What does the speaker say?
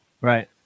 right